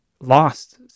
lost